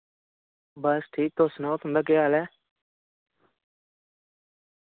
बस ठीक तुस सनाओ तुं'दा केह् हाल ऐ